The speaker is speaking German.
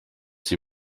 sie